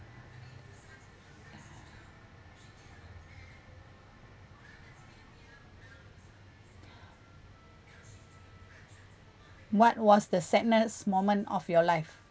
what was the sadness moment of your life